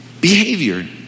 Behavior